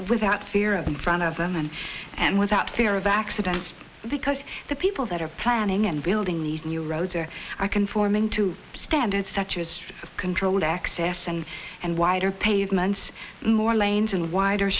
without fear of in front of them and and without fear of accidents because the people that are planning and building these new roads or are conforming to standard structures of controlled access and and wider pavements more lanes and wider